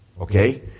Okay